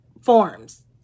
forms